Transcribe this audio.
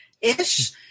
ish